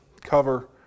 cover